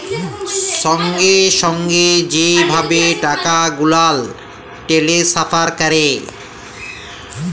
সঙ্গে সঙ্গে যে ভাবে টাকা গুলাল টেলেসফার ক্যরে